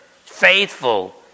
faithful